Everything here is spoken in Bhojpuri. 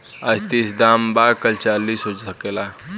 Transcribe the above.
आज तीस दाम बा काल चालीसो हो सकेला